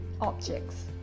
objects